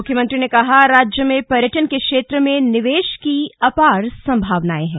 मुख्यमंत्री ने कहा राज्य में पर्यटन के क्षेत्र में निवेश की अपार संभावनांए है